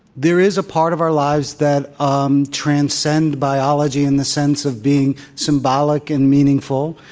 there is a part of our lives that um transcends biology in the sense of being symbolic and meaningful.